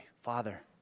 Father